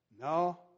no